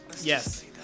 Yes